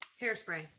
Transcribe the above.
Hairspray